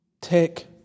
take